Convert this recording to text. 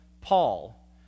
Paul